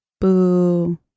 Boo